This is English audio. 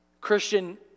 Christian